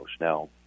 Now